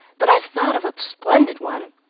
but i've thought of a splendid one!